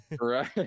Right